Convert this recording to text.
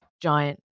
giant